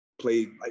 played